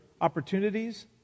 opportunities